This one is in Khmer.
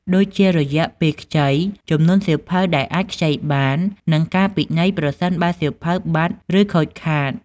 ដូចជា រយៈពេលខ្ចី ចំនួនសៀវភៅដែលអាចខ្ចីបាន និងការពិន័យប្រសិនបើសៀវភៅបាត់ ឬខូចខាត។